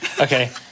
Okay